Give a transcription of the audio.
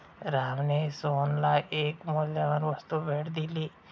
रामने सोहनला एक मौल्यवान वस्तू भेट दिली